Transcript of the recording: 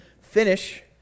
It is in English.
finish